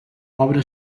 obra